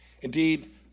Indeed